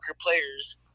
players